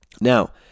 Now